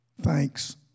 Thanks